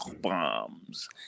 bombs